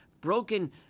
broken